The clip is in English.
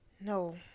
No